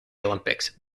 olympics